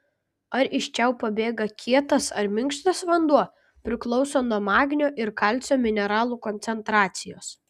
ar iš čiaupo bėga kietas ar minkštas vanduo priklauso nuo magnio ir kalcio mineralų koncentracijos